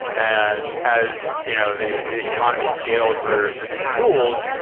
and as you know the economy scales for for these tools,